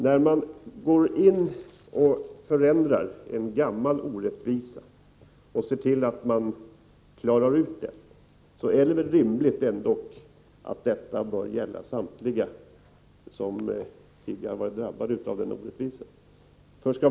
När man går in med förändringar och ser till att en gammal orättvisa försvinner, så är det väl ändå rimligt att förändringarna gäller för samtliga som tidigare har varit drabbade av denna orättvisa.